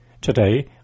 Today